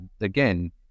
again